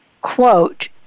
quote